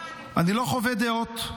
אני לא מחווה דעות.